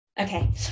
okay